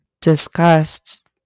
discussed